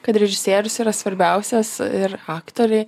kad režisierius yra svarbiausias ir aktoriai